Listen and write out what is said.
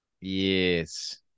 Yes